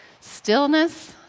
Stillness